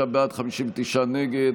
55 בעד, 59 נגד.